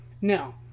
Now